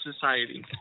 society